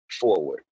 forward